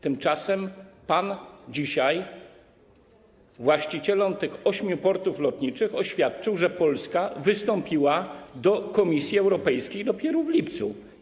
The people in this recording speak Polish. Tymczasem pan dzisiaj właścicielom tych ośmiu portów lotniczych oświadczył, że Polska wystąpiła do Komisji Europejskiej dopiero w lipcu.